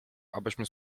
abyśmy